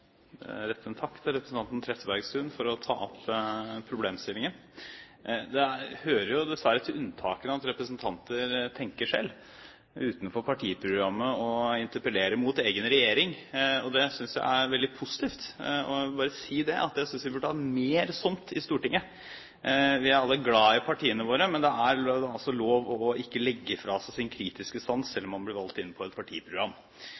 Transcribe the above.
Trettebergstuen for å ta opp problemstillingen. Det hører dessverre til unntakene at representanter tenker selv, utenfor partiprogrammet, og interpellerer mot egen regjering. Det synes jeg er veldig positivt. Jeg vil bare si at jeg synes vi burde ha mer sånt i Stortinget. Vi er alle glade i partiene våre, men det er altså lov å ikke legge fra seg sin kritiske sans selv om man blir valgt inn på et partiprogram.